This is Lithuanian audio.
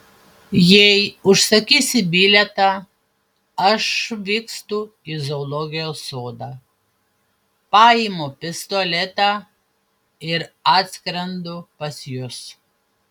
jei užsakysi bilietą aš vykstu į zoologijos sodą paimu pistoletą ir atskrendu pas jus